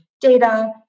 data